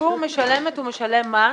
הציבור משלמת ומשלם מס.